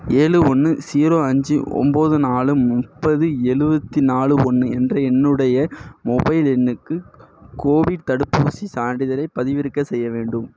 ஏழு ஒன்று ஸீரோ அஞ்சு ஒம்பது நாலு முப்பது எழுவத்தி நாலு ஒன்று என்ற என்னுடைய மொபைல் எண்ணுக்கு கோவிட் தடுப்பூசிச் சான்றிதழைப் பதிவிறக்க செய்ய வேண்டும்